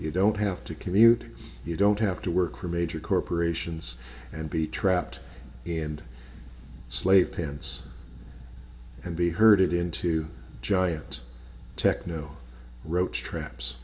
you don't have to commute you don't have to work for major corporations and be trapped and slave pens and be herded into giant techno roach traps